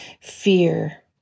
fear